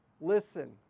Listen